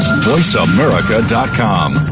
VoiceAmerica.com